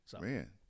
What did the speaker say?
Man